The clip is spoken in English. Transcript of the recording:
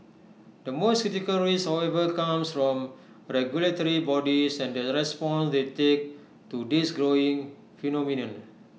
the most critical risk however comes from regulatory bodies and the response they take to this growing phenomenon